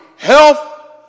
Health